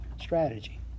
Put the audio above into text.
strategy